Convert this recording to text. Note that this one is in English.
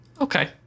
Okay